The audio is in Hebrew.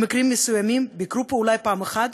במקרים מסוימים ביקרו פה אולי פעם אחת,